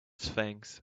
sphinx